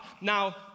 Now